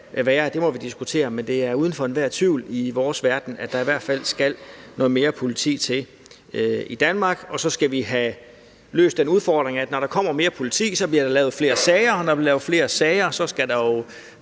være, må vi diskutere, men det er uden for enhver tvivl i vores verden, at der i hvert fald skal noget mere politi til i Danmark. Og så skal vi have løst den udfordring, at når der kommer mere politi, bliver der lavet flere sager, og når der bliver lavet flere sager, skal der jo